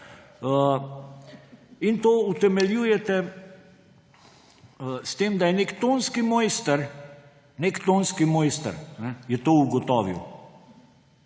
In to utemeljujete s tem, da je nek tonski mojster, nek tonski mojster je to ugotovil.